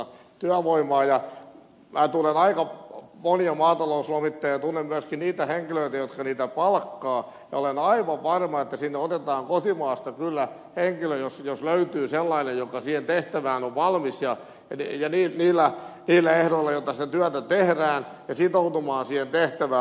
minä tunnen aika monia maatalouslomittajia ja tunnen myöskin niitä henkilöitä jotka heitä palkkaavat ja olen aivan varma että sinne otetaan kotimaasta kyllä henkilö jos löytyy sellainen joka siihen tehtävään on valmis ja niillä ehdoilla joilla sitä työtä tehdään sitoutumaan siihen tehtävään